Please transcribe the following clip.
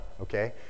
okay